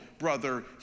brother